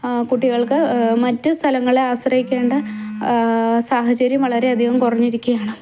കുട്ടികൾക്ക് മറ്റ് സ്ഥലങ്ങളെ ആശ്രയിക്കേണ്ട സാഹചര്യം വളരെയധികം കുറഞ്ഞിരിക്കുകയാണ്